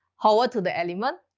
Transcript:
hoer to the element.